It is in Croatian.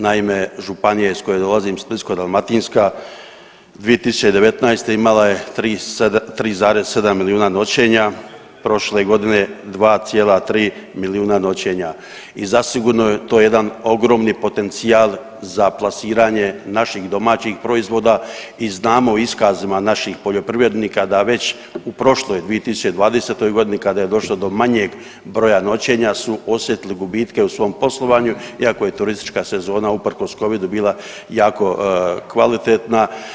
Naime, županija iz koje dolazim Splitsko-dalmatinska 2019. imala je 3,7 milijuna noćenja, prošle godine 2,3 milijuna noćenja i zasigurno je to jedan ogromni potencijal za plasiranje naših domaćih proizvoda i znamo o iskazima naših poljoprivrednika da već u prošloj 2020.g. kada je došlo do manjeg broja noćenja su osjetili gubitke u svom poslovanju iako je turistička sezona uprkos covidu bila jako kvalitetna.